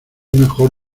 mejor